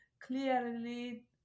clearly